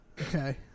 Okay